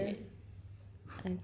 how how many more minutes